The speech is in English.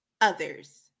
others